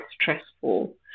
stressful